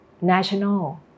national